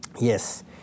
Yes